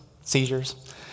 seizures